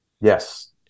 Yes